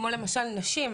כמו למשל נשים,